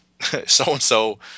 so-and-so